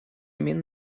min